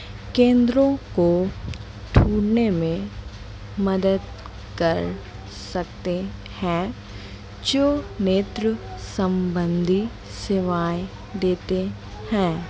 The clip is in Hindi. केंद्रों को ढूंढ़ने में मदद कर सकते हैं जो नेत्र सम्बन्धी सेवाएं देते हैं